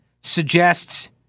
suggests